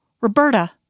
Roberta